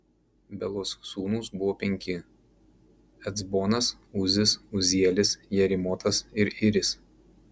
belos sūnūs buvo penki ecbonas uzis uzielis jerimotas ir iris